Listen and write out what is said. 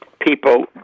people